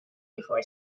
before